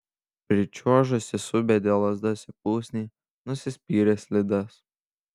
pričiuožusi subedė lazdas į pusnį nusispyrė slides